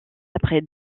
après